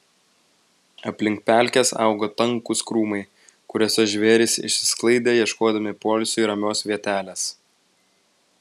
aplink pelkes augo tankūs krūmai kuriuose žvėrys išsisklaidė ieškodami poilsiui ramios vietelės